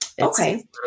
Okay